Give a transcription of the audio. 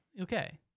Okay